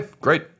great